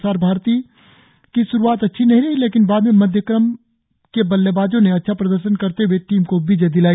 प्रसार भारती की श्रुआत अच्छी नहीं रही लेकिन बाद में मध्यक्रम के बल्लेबाजों ने अच्छा प्रदर्शन करते हए टीम को विजय दिलाई